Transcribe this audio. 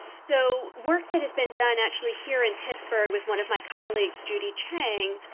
so, work that has been done, actually, here in pittsburgh with one of my colleagues, judy chang,